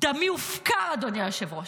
דמי הופקר, אדוני היושב-ראש.